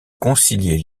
concilier